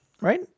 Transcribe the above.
right